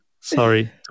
Sorry